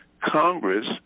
Congress